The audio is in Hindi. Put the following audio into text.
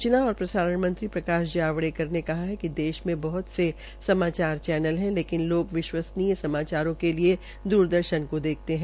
सूचना और प्रसारण मंत्री प्रकाश जावड़ेकर ने कहा कि देश में बहत से समचार चैनल है लेकिन लोग विश्वसनीय समाचारों के लिए द्रदर्शन को देखते है